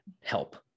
help